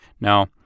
Now